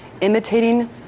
imitating